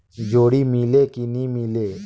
जोणी मीले कि नी मिले?